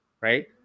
right